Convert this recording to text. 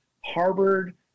Harvard